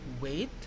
wait